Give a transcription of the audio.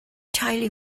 teulu